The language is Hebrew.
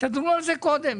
תדונו על זה קודם.